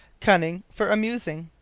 cunning for amusing.